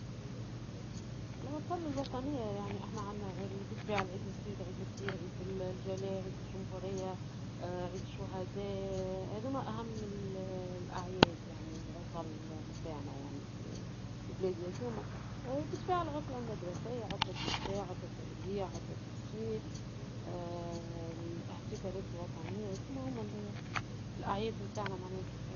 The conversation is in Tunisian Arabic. العطل الوطنية يعني احنا عنا بالطبيعة العيد الصغير ، العيد الكبير ، عيد الجلاء ، عيد الجمهورية ، عيد الشهداء هذوما اهم الاعياد والعطل نتاع في البلاد هذوما ، وبالطبيعة العطل المدرسية ، الاحتفالات الوطنية المهم الأعياد نتاعنا كفاه